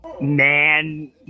man